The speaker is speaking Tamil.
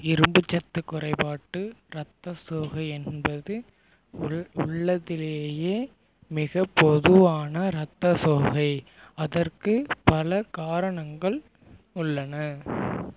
இரும்புச்சத்துக் குறைபாட்டு இரத்தச்சோகை என்பது உள்ளதிலேயே மிகப் பொதுவான இரத்தச்சோகை அதற்கு பல காரணங்கள் உள்ளன